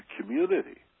community